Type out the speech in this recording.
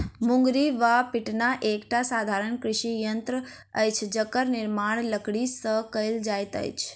मुंगरी वा पिटना एकटा साधारण कृषि यंत्र अछि जकर निर्माण लकड़ीसँ कयल जाइत अछि